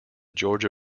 georgia